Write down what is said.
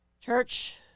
church